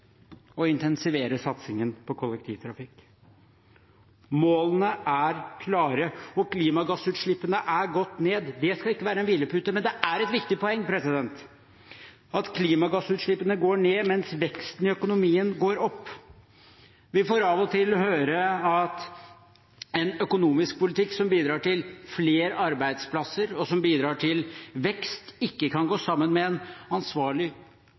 å intensivere satsingen på kollektivtrafikk. Målene er klare. Klimagassutslippene er gått ned. Det skal ikke være en hvilepute, men det er et viktig poeng at klimagassutslippene går ned mens veksten i økonomien går opp. Vi får av og til høre at en økonomisk politikk som bidrar til flere arbeidsplasser, og som bidrar til vekst, ikke kan gå sammen med en ansvarlig